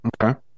Okay